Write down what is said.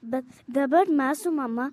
bet dabar mes su mama